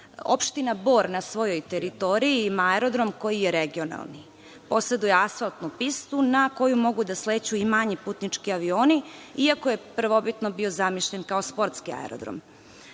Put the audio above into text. Bor na svojoj teritoriji ima aerodrom koji je regionalni. Poseduje asfaltnu pistu na koju mogu da sleću i manji putnički avioni iako je prvobitno bio zamišljen kao sportski aerodrom.